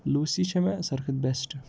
Lucy چھے مےٚ ساروی کھۄتہٕ بیسٹ